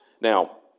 Now